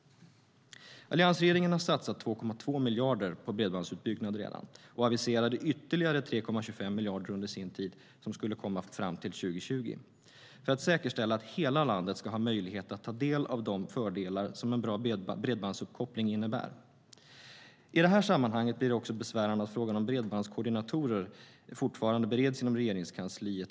Alliansregeringen har redan satsat 2,2 miljarder på bredbandsutbyggnad och aviserade ytterligare 3,25 miljarder kronor under sin tid som skulle komma fram till 2020 för att säkerställa att hela landet ska ha möjlighet att ta del av de fördelar som en bra bredbandsuppkoppling innebär. I det här sammanhanget blir det besvärande att frågan om bredbandskoordinatorer fortfarande bereds i Regeringskansliet.